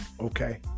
Okay